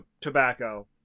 tobacco